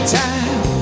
time